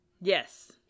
Yes